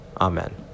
Amen